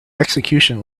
execution